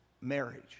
marriage